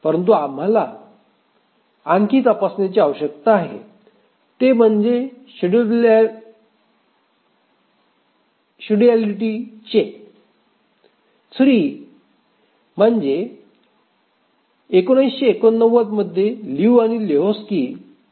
परंतु आम्हाला आणखी तपासण्याची आवश्यकता आहे ते म्हणजे शेड्यूलिटी चेक 3 म्हणजे १९८९ मध्ये लिऊ आणि लेहोक्स्की यांनी दिलेला प्रमेय